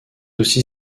aussi